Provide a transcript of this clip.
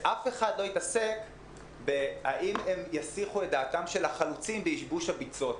ואף אחד לא התעסק בשאלה האם הן יסיחו את דעתם של החלוצים בייבוש הביצות.